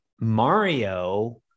Mario